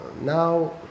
now